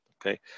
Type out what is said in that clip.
okay